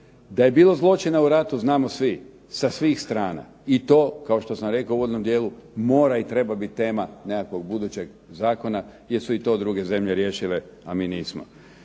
Da je bilo zločina u ratu znamo svi sa svih strana, i kao što sam rekao u uvodnom dijelu mora i treba biti tema nekakvog budućeg zakona jer su to druge zemlje riješile a mi nismo.